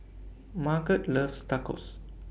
Margot loves Tacos